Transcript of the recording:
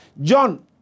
John